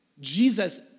Jesus